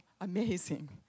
amazing